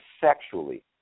sexually